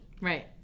Right